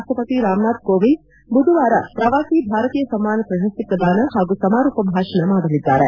ರಾಷ್ಟಪತಿ ರಾಮನಾಥ್ ಕೋವಿಂದ್ ಬುಧವಾರ ಪ್ರವಾಸಿ ಭಾರತೀಯ ಸಮ್ಮಾನ್ ಪ್ರಶಸ್ತಿ ಪ್ರದಾನ ಪಾಗೂ ಸಮಾರೋಪ ಭಾಷಣ ಮಾಡಲಿದ್ದಾರೆ